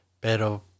Pero